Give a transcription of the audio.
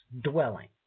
dwelling